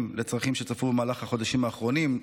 לצרכים שצפו במהלך החודשים האחרונים,